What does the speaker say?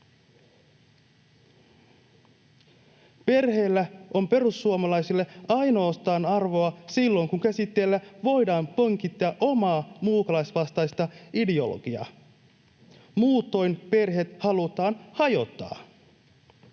Perheellä on perussuomalaisille arvoa ainoastaan silloin, kun käsitteellä voidaan pönkittää omaa muukalaisvastaista ideologiaa, muutoin perheet halutaan hajottaa.